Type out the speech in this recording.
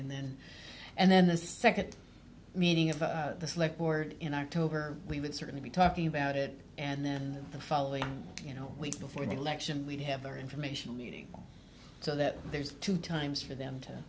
and then and then the second meeting of the select board in october we would certainly be talking about it and then the following you know weeks before the election we have the information meeting so that there's two times for them to